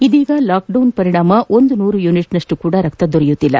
ಇದೀಗ ಲಾಕ್ಡೌನ್ ಪರಿಣಾಮ ನೂರು ಯೂನಿಟ್ನಷ್ಟು ಸಹ ರಕ್ತ ದೊರೆಯುತ್ತಿಲ್ಲ